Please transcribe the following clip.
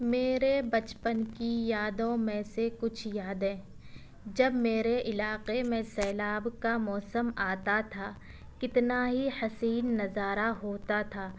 میرے بچپن کی یادوں میں سے کچھ یادیں جب میرے علاقے میں سیلاب کا موسم آتا تھا کتنا ہی حسین نظارہ ہوتا تھا